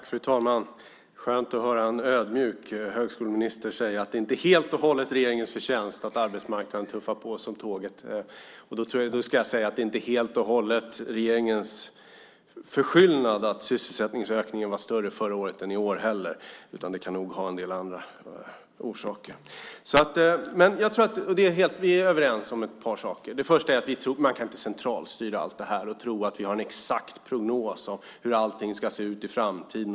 Fru talman! Det är skönt att höra en ödmjuk högskoleminister säga att det inte helt och hållet är regeringens förtjänst att arbetsmarknaden tuffar på som tåget. Det är heller inte helt och hållet regeringens förskyllan att sysselsättningsökningen var större förra året än i år, utan det kan nog ha en del andra orsaker. Vi är överens om ett par saker. Den första är att man inte kan centralstyra detta och tro att vi har en exakt prognos om hur allting ska se ut i framtiden.